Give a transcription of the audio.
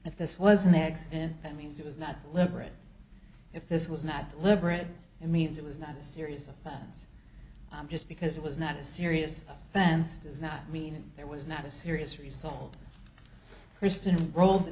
if this was an exit and that means it was not deliberate if this was not deliberate it means it was not a serious offense just because it was not a serious fans does not mean there was not a serious result christian rolled the